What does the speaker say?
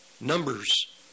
numbers